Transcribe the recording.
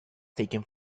taken